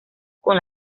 con